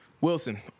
Wilson